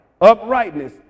uprightness